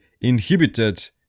inhibited